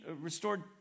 restored